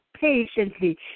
patiently